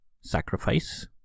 Sacrifice